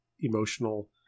emotional